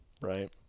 right